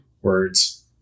words